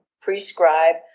prescribe